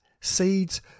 seeds